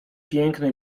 piękny